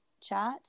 chat